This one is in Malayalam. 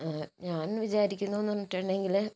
ഞാൻ വിചാരിക്കുന്നതെന്ന് പറഞ്ഞിട്ടുണ്ടെങ്കിൽ